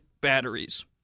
batteries